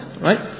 right